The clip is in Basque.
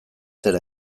zer